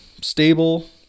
stable